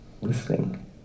listening